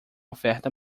oferta